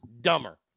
dumber